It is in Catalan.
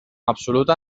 absoluta